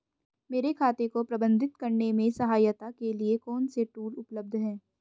मेरे खाते को प्रबंधित करने में सहायता के लिए कौन से टूल उपलब्ध हैं?